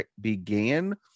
began